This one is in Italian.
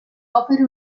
opere